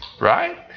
Right